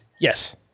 Yes